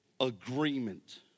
agreement